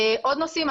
עוד נושאים,